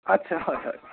আচ্ছা হয় হয় হয়